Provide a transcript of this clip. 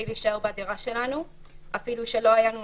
להישאר בדירה שלנו אפילו שלא היה לנו